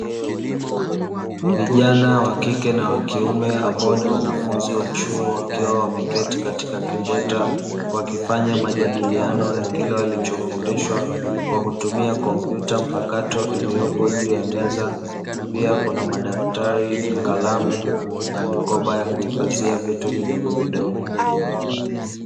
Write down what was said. vijana wa kike na wa kiume ambao ni wanafunzi wa chuo wakiwa wameketi katika kibweta wakifanya majadiliano ya kile walichofundishwa kwa kutumia kompyuta mpakato iliyopo juu ya meza. Pia kuna madaftari, kalamu na mikoba ya kuhifadhia vitu vidogo vidogo.